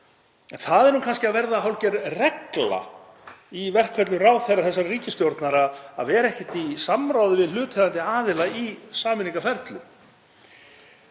En það er nú kannski að verða hálfgerð regla í verkferlum ráðherra þessarar ríkisstjórnar að eiga ekkert samráð við hlutaðeigandi aðila í sameiningarferlum.